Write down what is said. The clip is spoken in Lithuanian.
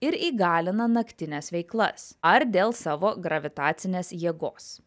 ir įgalina naktines veiklas ar dėl savo gravitacinės jėgos